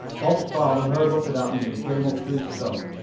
bob's father heard what had happened, and came up to his son.